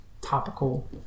topical